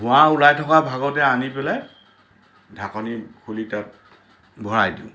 ধোঁৱা ওলাই থকা ভাগতে আনি পেলাই ঢাকনি খুলি তাত ভৰাই দিওঁ